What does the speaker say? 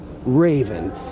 Raven